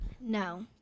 No